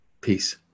Peace